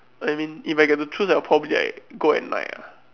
I mean if I get to choose I'll probably like go at night ah